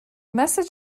message